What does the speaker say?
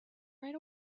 right